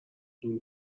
این